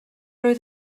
oedd